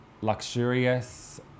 luxurious